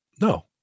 No